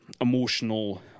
emotional